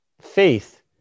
Faith